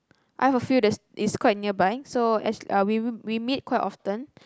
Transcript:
I have a few that is quite nearby so actually we we meet quite often